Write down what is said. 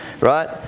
Right